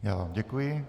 Já vám děkuji.